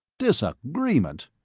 disagreement!